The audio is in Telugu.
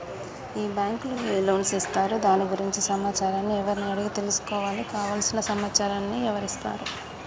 ఈ బ్యాంకులో ఏ లోన్స్ ఇస్తారు దాని గురించి సమాచారాన్ని ఎవరిని అడిగి తెలుసుకోవాలి? కావలసిన సమాచారాన్ని ఎవరిస్తారు?